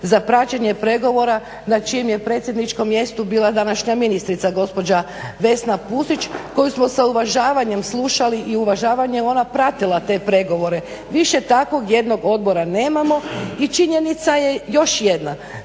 za praćenje pregovora na čijem je predsjedničkom mjestu bila današnja ministrica gospođa Vesna Pusić koju smo sa uvažavanjem slušali i uvažavanjem ona pratila te pregovore. Više takvog jednog odbora nemamo i činjenica je još jedna,